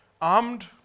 armed